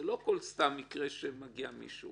זה לא סתם כל מקרה שמגיע מישהו.